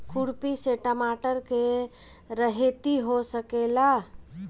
खुरपी से टमाटर के रहेती हो सकेला?